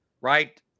right